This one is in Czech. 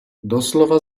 doslova